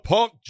Punk